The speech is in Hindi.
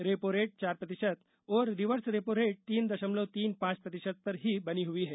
रेपोरेट चार प्रतिशत और रिवर्स रेपोरेट तीन दशमलव तीन पांच प्रतिशत पर ही बनी हुई है